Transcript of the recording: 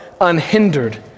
unhindered